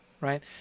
Right